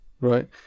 Right